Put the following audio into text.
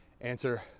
answer